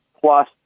plus